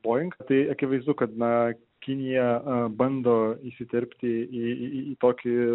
boing tai akivaizdu kad na kinija a bando įsiterpti į tokį